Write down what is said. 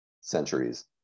centuries